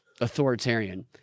authoritarian